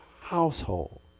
household